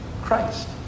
Christ